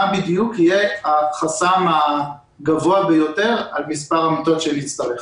מה בדיוק יהיה החסם הגבוה ביותר על מספר המיטות שנצטרך.